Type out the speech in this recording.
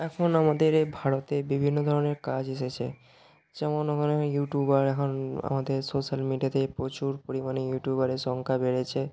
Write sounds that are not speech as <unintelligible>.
এখন আমাদের এ ভারতে বিভিন্ন ধরনের কাজ এসেছে যেমন <unintelligible> হয় ইউটিউবার এখন আমাদের সোশাল মিডিয়াতে প্রচুর পরিমাণে ইউটিউবারের সংখ্যা বেড়েছে